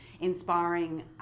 Inspiring